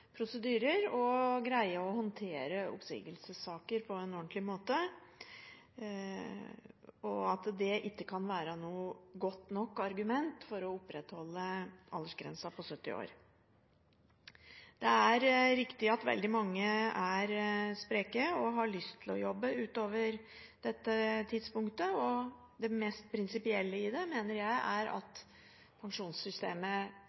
prosedyrer og greie å håndtere oppsigelsessaker på en ordentlig måte. Det kan ikke være et godt nok argument for å opprettholde aldersgrensen på 70 år. Det er riktig at veldig mange er spreke og har lyst til å jobbe utover dette tidspunktet, og det mest prinsipielle i det mener jeg er